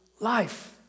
life